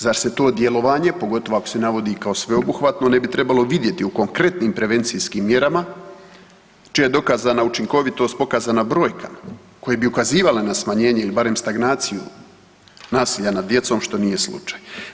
Zar se to djelovanje pogotovo ako se navodi kao sveobuhvatno ne bi trebalo vidjeti u konkretnim prevencijskim mjerama čija je dokazana učinkovitost pokazana brojkama koje bi ukazivale na smanjenje ili barem stagnaciju nasilja nad djecom, što nije slučaj.